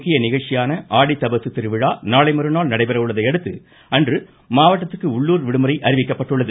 முக்கிய நிகழ்ச்சியான ஆடித்தபசு திருவிழா நாளை மறுநாள் நடைபெற உள்ளதையடுத்து அன்று மாவட்டத்திற்கு உள்ளுர் விடுமுறை அறிவிக்கப்பட்டுள்ளது